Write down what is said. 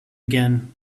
again